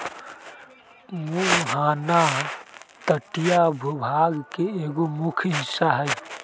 मुहाना तटीय भूभाग के एगो मुख्य हिस्सा हई